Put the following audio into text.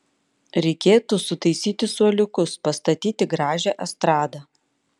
reikėtų sutaisyti suoliukus pastatyti gražią estradą